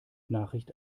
nachricht